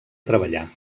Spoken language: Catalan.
treballar